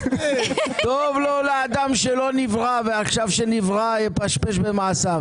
טוב לו לאדם שלא נברא ועכשיו שנברא יפשפש במעשיו.